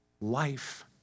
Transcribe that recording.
Life